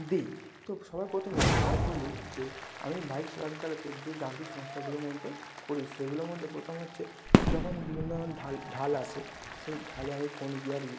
দিই তো সবার প্রথমে আমি বলি যে আমি বাইক চালাতে চালাতে যে যান্ত্রিক সমস্যাগুলোর মধ্যে পড়ি সেগুলোর মধ্যে প্রথম হচ্ছে যখন বিভিন্ন ধরনের ঢাল ঢাল আসে সেই ঢালে আমি কোন গিয়ারই